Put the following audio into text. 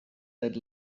that